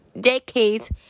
decades